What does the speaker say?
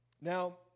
Now